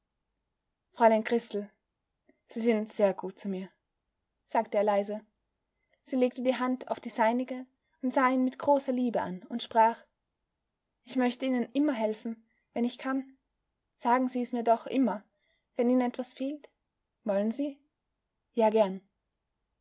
fräulein christel sie sind sehr gut zu mir sagte er leise sie legte die hand auf die seinige und sah ihn mit großer liebe an und sprach ich möchte ihnen immer helfen wenn ich kann sagen sie mir's doch immer wenn ihnen etwas fehlt wollen sie ja gern